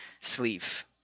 sleeve